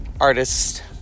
artist